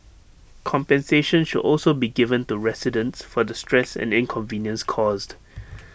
compensation should also be given to residents for the stress and inconvenience caused